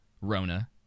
Rona